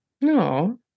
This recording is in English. No